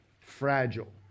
Fragile